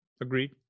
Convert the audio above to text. Agreed